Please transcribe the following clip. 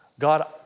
God